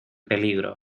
peligro